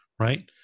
right